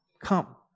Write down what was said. come